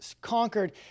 conquered